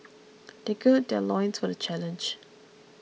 they gird their loins for the challenge